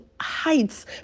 heights